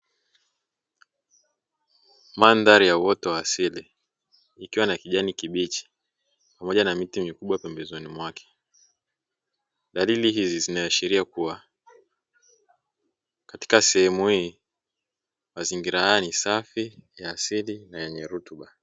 Mandhari ya uwoto wa asili ikiwa na kijani kibichi pamoja na miti mikubwa pembezoni mwake. Dalili hizi zinaashiria kuwa katika sehemu hii mazingira haya ni safi ya asili na yenye rutuba.